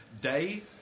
day